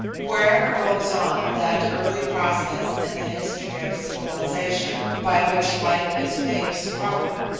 wherever goes on that early process in the history of civilisation, by which life is made a struggle,